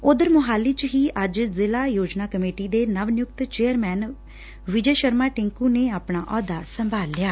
ਓਧਰ ਮੁਹਾਲੀ ਚ ਹੀ ਅੱਜ ਜ਼ਿਲਾ ਯੋਜਨਾ ਕਮੇਟੀ ਦੇ ਨਵ ਨਿਯੁਕਤ ਚੇਅਰਮੈਨ ਵਿਜੈ ਸ਼ਰਮਾ ਟਿਕੁ ਨੇ ਆਪਣਾ ਅਹੁੱਦਾ ਸੰਭਾਲ ਲਿਆ